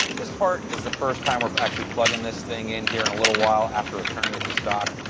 this part is the first time we're actually plugging this thing in here in a little while after ah turning it to stock.